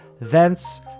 thence